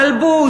מלבוש,